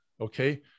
okay